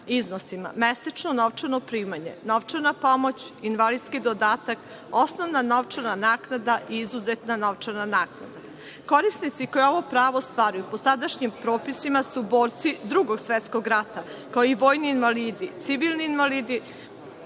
iznosima – mesečno novčano primanje, novčana pomoć, invalidski dodatak, osnovna novčana naknada i izuzetna novčana naknada. Korisnici koji ovo pravo ostvaruju po sadašnjim propisima su borci Drugog svetskog rata, kao i vojni invalidi, civilni invalidi